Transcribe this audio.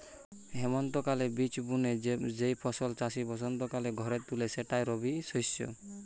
হেমন্তকালে বীজ বুনে যেই ফসল চাষি বসন্তকালে ঘরে তুলে সেটাই রবিশস্য